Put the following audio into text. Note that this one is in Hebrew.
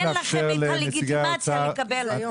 הטענות נשמעו היטב.